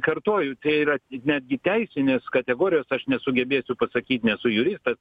kartoju tai yra netgi teisinės kategorijos aš nesugebėsiu pasakyt nesu juristas